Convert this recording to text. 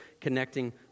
connecting